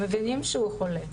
הם מבינים שהוא חולה,